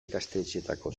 ikastetxeetako